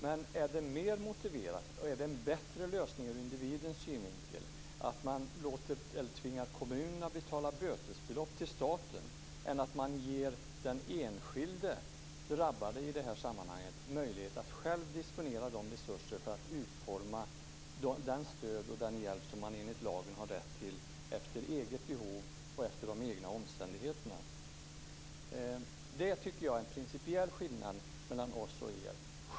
Men är det mer motiverat och en bättre lösning ur individens synvinkel att man tvingar kommunerna att betala bötesbelopp till staten än att man ger den enskilde drabbade i det här sammanhanget möjlighet att själv disponera resurserna för att utforma det stöd och den hjälp som man enligt lagen har rätt till efter eget behov och efter de egna omständigheterna? I det här fallet tycker jag att det finns en principiell skillnad mellan oss och er.